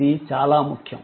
ఇది చాలా ముఖ్యం